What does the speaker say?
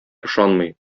ышанмый